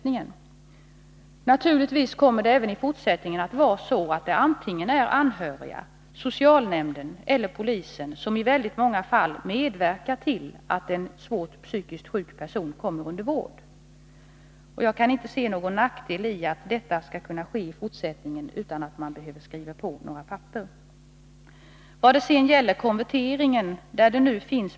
Naturligtvis kommer det fortfarande att vara så att det i väldigt många fall är antingen en anhörig eller socialnämnden eller polisen som medverkar till att en psykiskt svårt sjuk person kommer under vård. Jag kan inte se någon nackdeli att det i fortsättningen kan ske utan att man behöver skriva på några papper. Vad gäller konverteringen vill jag anföra följande.